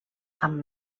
amb